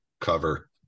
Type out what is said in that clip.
cover